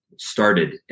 started